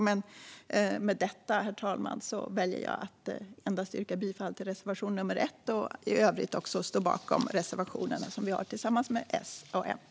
Men med detta, herr talman, väljer jag att yrka bifall endast till reservation nummer 1 och står i övrigt bakom reservationerna som vi har tillsammans med S och MP.